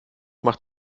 macht